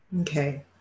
okay